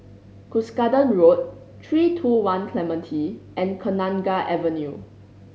Cuscaden Road Three Two One Clementi and Kenanga Avenue